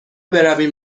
برویم